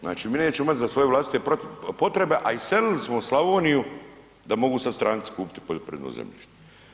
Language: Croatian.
Znači mi nećemo imati za svoje vlastite potrebe, a iselili smo Slavoniju da mogu sad stranci kupiti poljoprivredno zemljište.